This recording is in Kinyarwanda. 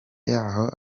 yaho